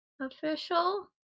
official